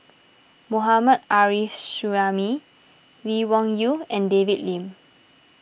Mohammad Arif Suhaimi Lee Wung Yew and David Lim